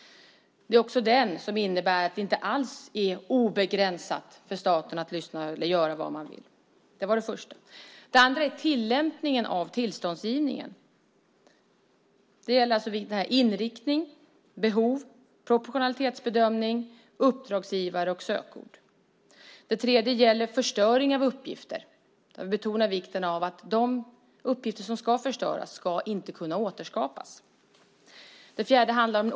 Det är också den som innebär att det inte alls är obegränsat för staten att lyssna eller göra vad man vill. 2. Tillämpningen av tillståndsgivningen. Det gäller alltså inriktning, behov, proportionalitetsbedömning, uppdragsgivare och sökord. 3. Förstöring av uppgifter. Vi betonar vikten av att de uppgifter som ska förstöras inte ska kunna återskapas. 4.